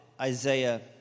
Isaiah